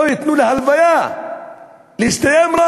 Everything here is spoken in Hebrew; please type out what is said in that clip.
לא ייתנו להלוויה רק להסתיים?